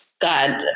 God